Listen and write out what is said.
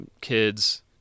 kids